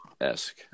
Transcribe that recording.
esque